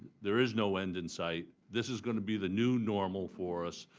there is no end in sight. this is going to be the new normal for us.